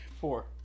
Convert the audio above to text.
Four